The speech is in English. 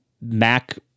Mac